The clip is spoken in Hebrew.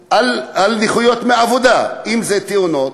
על נכויות מעבודה, אם זה תאונות,